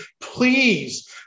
please